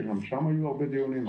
שגם שם היו הרבה דיונים,